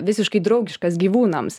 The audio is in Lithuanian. visiškai draugiškas gyvūnams